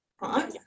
right